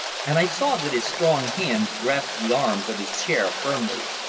and i saw that his strong hands grasped the arms of his chair firmly.